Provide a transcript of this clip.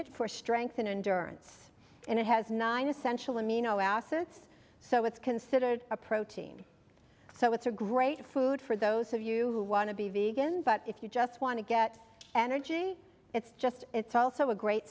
it for strengthen and durrance and it has nine essential amino acids so it's considered a protein so it's a great food for those of you who want to be vegan but if you just want to get energy it's just it's also a great